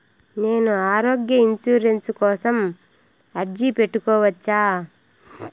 నేను ఆరోగ్య ఇన్సూరెన్సు కోసం అర్జీ పెట్టుకోవచ్చా?